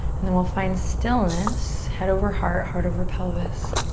and then we'll find stillness. head over heart, heart over pelvis.